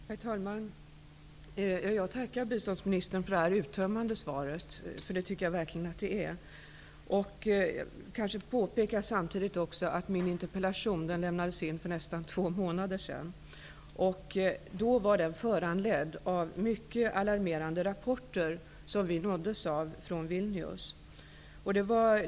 Herr talman! Jag tackar biståndsministern för det uttömmande svaret. Jag vill samtidigt påpeka att min interpellation lämnades in för nästan två månader sedan. Den var föranledd av mycket alarmerande rapporter som vi nåddes av från Vilnius.